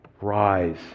Rise